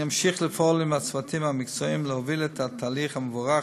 אני אמשיך לפעול עם הצוותים המקצועיים להוביל את התהליך המבורך